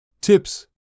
Tips